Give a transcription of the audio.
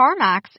CarMax